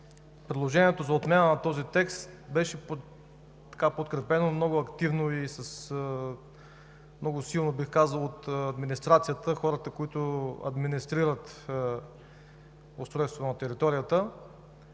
Предложението за отмяна на този текст беше подкрепено много активно – много силно, бих казал, от администрацията, хората, които администрират устройство на територията.